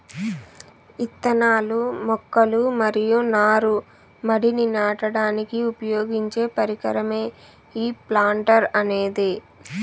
ఇత్తనాలు, మొక్కలు మరియు నారు మడిని నాటడానికి ఉపయోగించే పరికరమే ఈ ప్లాంటర్ అనేది